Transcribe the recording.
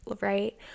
right